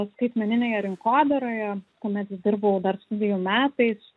skaitmeninėje rinkodaroje kuomet dirbau dar studijų metais